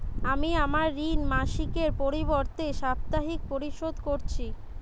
আমি আমার ঋণ মাসিকের পরিবর্তে সাপ্তাহিক পরিশোধ করছি